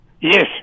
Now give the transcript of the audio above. Yes